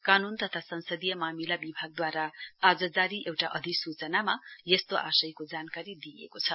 कानुन तथा संसदीय मामिला विभागद्वारा आज जारी एउटा अधिसूचनामा यस्तो आशयको जानकारी दिइएको छ